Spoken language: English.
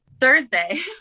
thursday